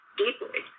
deeply